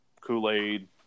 Kool-Aid